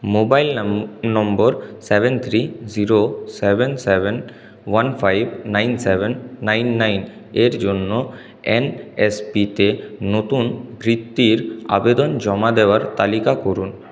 mobile number seven three zero seven seven one five nine seven nine nine এর জন্য NSP তে নতুন বৃত্তির আবেদন জমা দেওয়ার তালিকা করুন